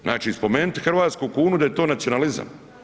Znači, spomenuti hrvatsku kunu da je to nacionalizam?